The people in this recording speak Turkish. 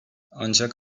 ancak